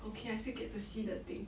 okay I still get to see the thing